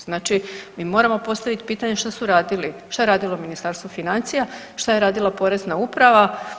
Znači mi moramo postaviti pitanje šta su radili, šta je radilo Ministarstvo financija, šta je radila Porezna uprava?